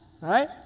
right